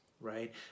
right